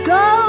go